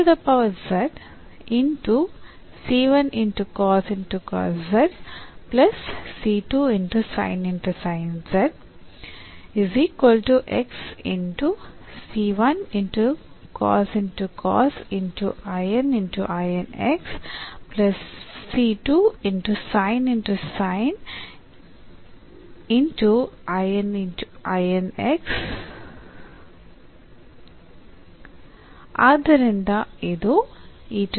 ಆದ್ದರಿಂದ ಇದು ಆಗಿರುತ್ತದೆ